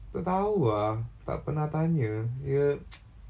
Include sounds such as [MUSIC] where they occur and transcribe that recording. tak tahu ah tak pernah tanya dia [NOISE]